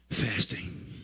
Fasting